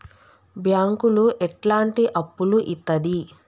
బ్యాంకులు ఎట్లాంటి అప్పులు ఇత్తది?